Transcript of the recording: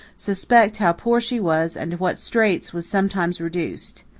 suspect how poor she was and to what straits was sometimes reduced.